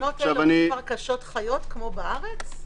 הרכשות חיות כמו בארץ?